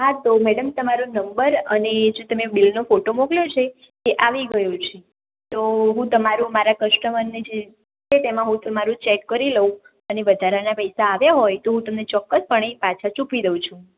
હા તો મેડમ તમારો નંબર અને એ જે તમે બિલનો ફોટો મોકલ્યો છે તે આવી ગયો છે તો હું તમારો મારા કસ્ટમરને જે છે તેમાં હું તમારું ચેક કરી લઉં અને વધારાના પૈસા આવ્યા હોય તો હું તમને ચોક્કસપણે પાછા ચૂકવી દઉં છું